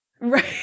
right